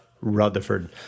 Rutherford